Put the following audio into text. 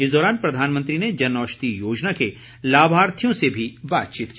इस दौरान प्रधानमंत्री ने जनऔषधी योजना के लाभार्थियों से भी बातचीत की